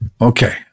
Okay